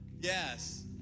Yes